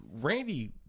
Randy